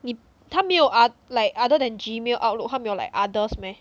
你他没有 ah like other than gmail outlook 他没有 like others meh